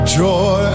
joy